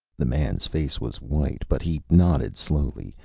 the man's face was white, but he nodded slowly,